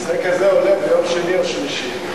נושא כזה עולה ביום שני או שלישי,